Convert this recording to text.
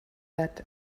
that